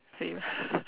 same